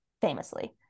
famously